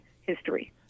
history